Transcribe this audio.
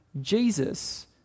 Jesus